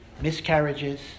miscarriages